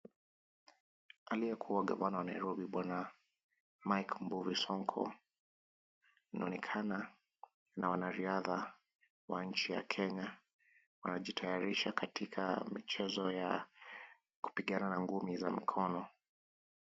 Aliye kuwa governor wa Nairobi bwana Mike Mbuvi Sonko, anaonekana na wanariadha wa nchi ya Kenya, wanajitayarisha katika michezo ya kupigana na ngumi za mkono.